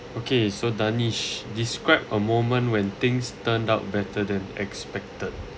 okay so danish described a moment when things turned out better than expected